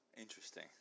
Interesting